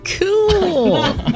cool